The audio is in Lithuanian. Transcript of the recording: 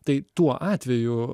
tai tuo atveju